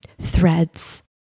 threads